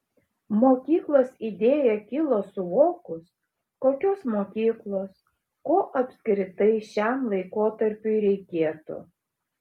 mokyklos idėja kilo suvokus kokios mokyklos ko apskritai šiam laikotarpiui reikėtų